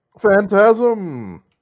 Phantasm